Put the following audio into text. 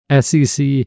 SEC